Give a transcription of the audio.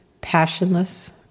Passionless